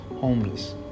homeless